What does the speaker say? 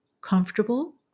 comfortable